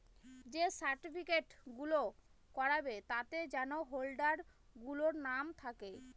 যে সার্টিফিকেট গুলো করাবে তাতে যেন হোল্ডার গুলোর নাম থাকে